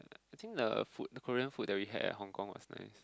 I think the food the Korean food that we had at Hong Kong was nice